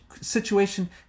situation